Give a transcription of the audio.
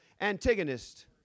antagonist